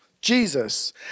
Jesus